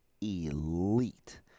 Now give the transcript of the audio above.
elite